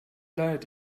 leid